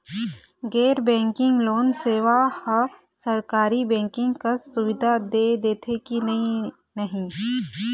गैर banking loan सेवा हा सरकारी बैंकिंग कस सुविधा दे देथे कि नई नहीं?